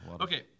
okay